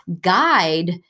guide